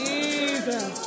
Jesus